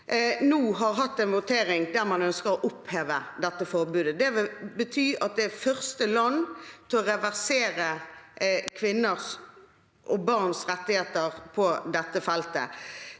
nå har hatt en votering der man ønsker å oppheve dette forbudet. Det vil bety at det er det første landet som reverserer kvinners og barns rettigheter på dette feltet.